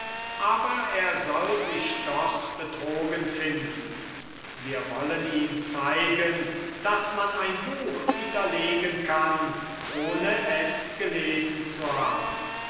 aber er soll sich doch betrogen finden wir wollen ihm zeigen daß man ein buch widerlegen kann ohne es gelesen zu haben